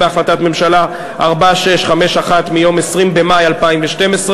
בהחלטת הממשלה 4651 מיום 20 במאי 2012,